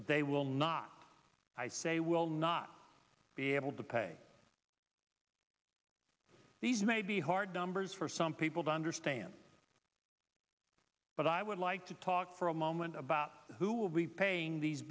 that they will not i say will not be able to pay these may be hard numbers for some people to understand but i would like to talk for a moment about who will be paying these